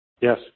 Yes